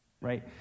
Right